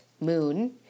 Moon